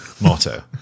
motto